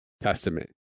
Testament